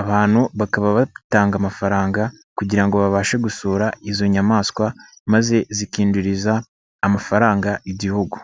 abantu bakaba batanga amafaranga kugira ngo babashe gusura izo nyamaswa maze zikinjiriza amafaranga Igihugu.